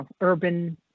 urban